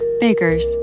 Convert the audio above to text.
Baker's